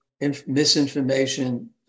misinformation